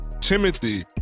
Timothy